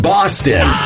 Boston